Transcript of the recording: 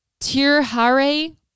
Tirhare